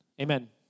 Amen